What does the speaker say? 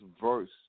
verse